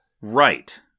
Right